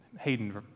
Hayden